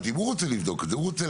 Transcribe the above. אבל הוא רוצה לדעת.